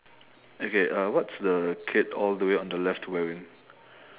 okay uh what's the kid all the way on the left wearing